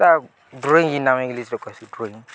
ତା ଡ୍ରଇଂ ଆମେ ଇଂଲିଶ୍ର କହିସି ଡ୍ରଇଂ